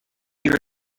your